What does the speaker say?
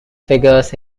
figures